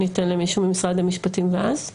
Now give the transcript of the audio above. או שניתן למישהו ממשרד המשפטים, ואז את?